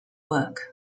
work